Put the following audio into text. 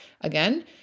again